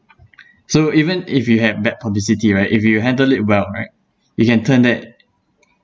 so even if you had bad publicity right if you handled it well right you can turn that